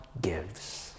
gives